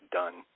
done